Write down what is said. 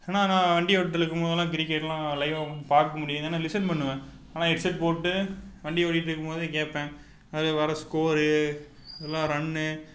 ஆனால் நான் வண்டி ஓட்டிகிட்டு இருக்கும்போதெல்லாம் கிரிக்கெட்லாம் லைவாக உட்காந்து பார்க்கமுடியாது ஆனால் லிஸன் பண்ணுவேன் ஆனால் ஹெட்ஸெட் போட்டு வண்டி ஓட்டிகிட்டு இருக்கும் போது கேட்பேன் அதில் வர ஸ்கோரு எல்லாம் ரன்னு